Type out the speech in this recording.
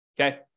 okay